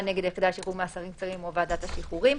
נגד היחידה לשחרור מאסרים קצרים או ועדת השחרורים,